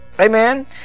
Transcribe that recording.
Amen